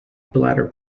bladder